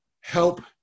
help